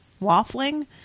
waffling